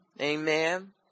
Amen